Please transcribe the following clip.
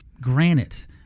granite